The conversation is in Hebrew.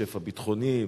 שפע ביטחוני,